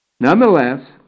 Nonetheless